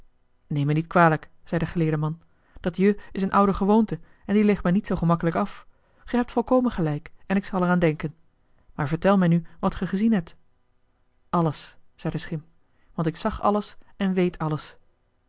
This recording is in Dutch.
neem mij niet kwalijk zei de geleerde man dat je is een oude gewoonte en die legt men niet zoo gemakkelijk af ge hebt volkomen gelijk en ik zal er aan denken maar vertel mij nu wat ge gezien hebt alles zei de schim want ik zag alles en weet alles